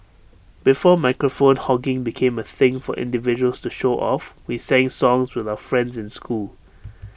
before microphone hogging became A thing for individuals to show off we sang songs with our friends in school